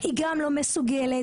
המשפחה גם לא מסוגלת.